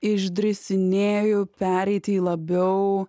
išdrisinėju pereiti į labiau